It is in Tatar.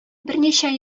берничә